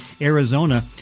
Arizona